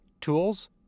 tools